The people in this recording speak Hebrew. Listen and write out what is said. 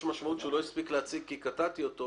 הוא לא הספיק להציג כי קטעתי אותו